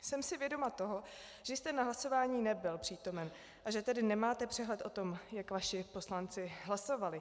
Jsem si vědoma toho, že jste na hlasování nebyl přítomen, a že tedy nemáte přehled o tom, jak vaši poslanci hlasovali.